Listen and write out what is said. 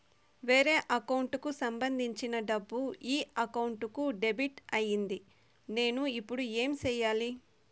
వేరే అకౌంట్ కు సంబంధించిన డబ్బు ఈ అకౌంట్ కు డెబిట్ అయింది నేను ఇప్పుడు ఏమి సేయాలి